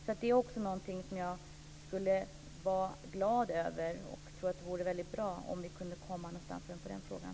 Jag skulle bli väldigt glad, och jag tror att det vore bra, om vi kunde komma någonstans även i den frågan.